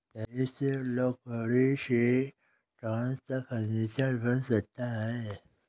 इस लकड़ी से कौन सा फर्नीचर बन सकता है?